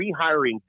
rehiring